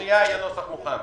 תכף יהיה נוסח מוכן.